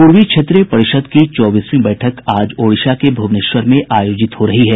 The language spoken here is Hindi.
पूर्वी क्षेत्रीय परिषद की चौबीसवीं बैठक आज ओडिशा के भुवनेश्वर में आयोजित हो रही है